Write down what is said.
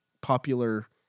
popular